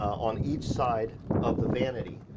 on each side of the vanity,